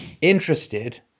interested